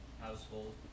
household